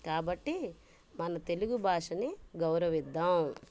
కాబట్టి మన తెలుగు భాషని గౌరవిద్దాం